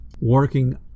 Working